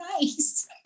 nice